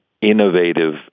innovative